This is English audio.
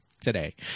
today